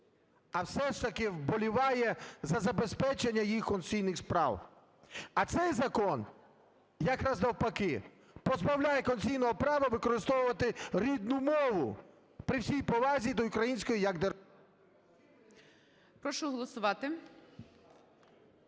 а все ж таки вболіває за забезпечення їхніх конституційних прав. А цей закон якраз навпаки, позбавляє конституційного права використовувати рідну мову, при всій повазі до української як…